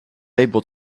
able